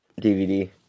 DVD